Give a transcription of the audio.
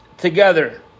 together